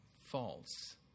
false